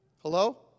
Hello